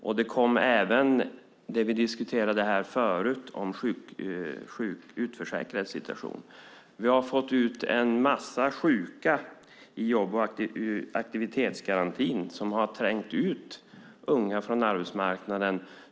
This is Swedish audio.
Vi har också det som vi diskuterade tidigare, nämligen de utförsäkrades situation. Vi har fått ut en massa sjuka i jobb och aktivitetsgarantin som har trängt ut unga från arbetsmarknaden.